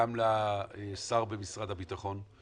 גם לשר במשרד הביטחון,